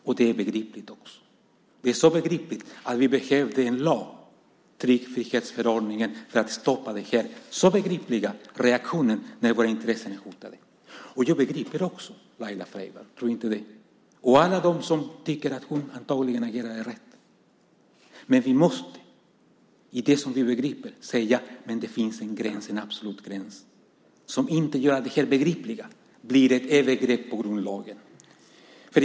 Och det är begripligt. Vi behövde en lag, tryckfrihetsförordningen, för att stoppa det här. Reaktionen är begriplig när våra intressen hotas. Jag förstår Laila Freivalds - tro inget annat - och alla dem som tycker att hon antagligen agerade rätt. Men det måste finnas en absolut gräns som gör att inte det begripliga blir ett övergrepp på grundlagen.